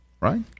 right